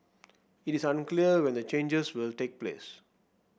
it is unclear when the changes will take place